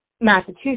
Massachusetts